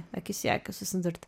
akis į akį susidurti